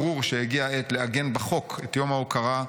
ברור שהגיעה העת לעגן בחוק את יום ההוקרה,